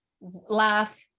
laugh